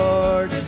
Lord